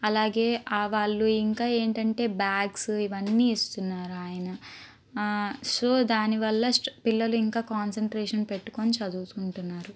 అలాగే వాళ్ళు ఇంకా ఏంటంటే బ్యాగ్స్ ఇవన్నీ ఇస్తున్నారు ఆయన సో దానివల్ల పిల్లలు ఇంకా కాన్సెన్ట్రేషన్ పెట్టుకొని చదువుకుంటున్నారు